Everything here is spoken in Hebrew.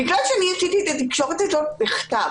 זה בגלל שעשיתי את התקשורת הזאת בכתב.